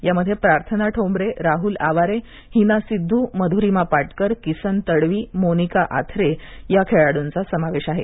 यामध्ये प्रार्थना ठोंबरे राहुल आवारे हिना सिद्ध् मधुरिमा पाटकर किसन तडवी मोनिका आथरे आदी खेळाडूंचा समावेश आहे